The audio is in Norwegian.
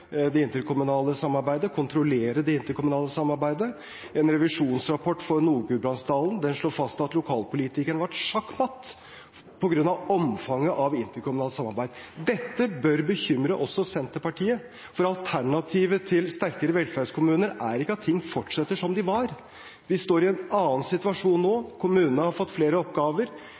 kontrollere det interkommunale samarbeidet. En revisjonsrapport for Nord-Gudbrandsdalen slo fast at lokalpolitikerne var sjakk matt på grunn av omfanget av interkommunalt samarbeid. Dette bør bekymre Senterpartiet også. Alternativet til sterkere velferdskommuner er ikke at ting fortsetter som før. Vi står i en annen situasjon nå – kommunene har fått flere oppgaver.